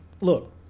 Look